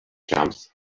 jumps